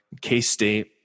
K-State